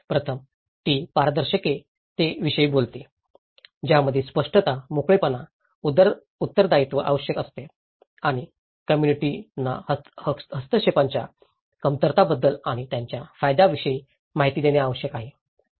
प्रथम T पारदर्शकते विषयी बोलते ज्यामध्ये स्पष्टता मोकळेपणा उत्तरदायित्व आवश्यक असते आणि कम्म्युनिटीांना हस्तक्षेपाच्या कमतरतांबद्दल आणि त्यांच्या फायद्यांविषयी माहिती देणे आवश्यक आहे